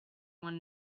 one